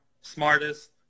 smartest